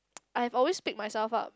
I'm always pick myself up